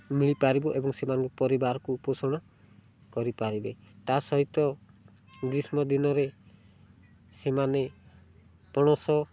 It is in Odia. ମିଳିପାରିବ ଏବଂ ସେମାନଙ୍କ ପରିବାରକୁ ପୋଷଣ କରିପାରିବେ ତା'ସହିତ ଗ୍ରୀଷ୍ମ ଦିନରେ ସେମାନେ ପଣସ